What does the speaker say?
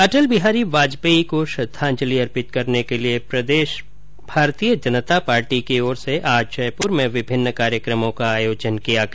अटल बिहारी वाजपेयी को श्रद्वांजलि अर्पित करने के लिए प्रदेश भारतीय जनता पार्टी की ओर से भी आज जयपुर में विभिन्न कार्यक्रमों का आयोजन किया गया